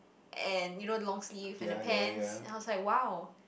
and you know long sleeve and a pants then how said !wow!